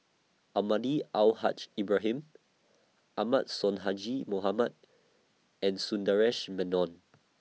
Almahdi Al Haj Ibrahim Ahmad Sonhadji Mohamad and Sundaresh Menon